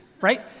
right